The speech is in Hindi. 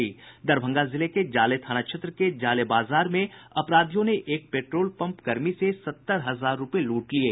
दरभंगा जिले में जाले थाना क्षेत्र के जाले बाजार में अपराधियों ने एक पेट्रोल पंप कर्मी से सत्तर हजार रुपये लूट लिये